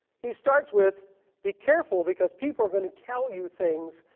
he starts with be careful because people are going to tell you things